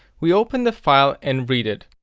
we open the file and read it.